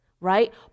right